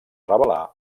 revelar